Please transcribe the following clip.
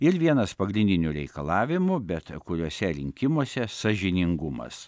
ir vienas pagrindinių reikalavimų bet kuriuose rinkimuose sąžiningumas